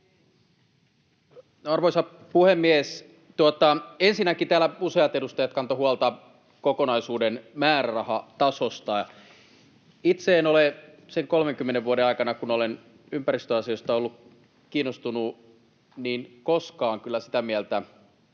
Arvoisa puhemies! Ensinnäkin täällä useat edustajat kantoivat huolta kokonaisuuden määrärahatasosta. Itse en ole sen 30 vuoden aikana, kun olen ympäristöasioista ollut kiinnostunut, koskaan ollut kyllä sitä mieltä,